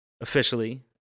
Officially